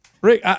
Rick